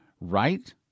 right